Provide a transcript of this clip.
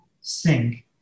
sing